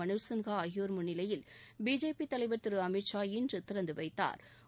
மனோஜ் சின்ஹா ஆகியோா் முன்னிலையில் பிஜேபி தலைவா் திரு அமித் ஷா இன்று திறந்து வைத்தாா்